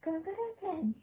kadang-kadang kan